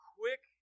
quick